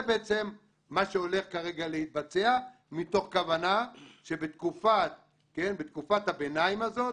זה בעצם מה שהולך כרגע להתבצע מתוך כוונה שבתקופת הביניים הזאת